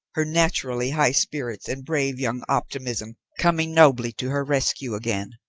her naturally high spirits and brave young optimism coming nobly to her rescue again.